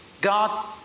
God